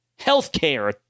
healthcare